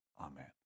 amen